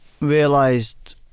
realised